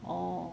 orh